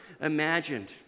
imagined